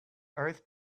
earth